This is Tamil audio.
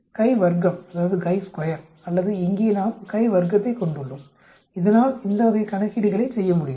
கை வர்க்கம் அல்லது இங்கே நாம் கை வர்க்கத்தைக் கொண்டுள்ளோம் இதனால் இந்த வகை கணக்கீடுகளை செய்ய முடியும்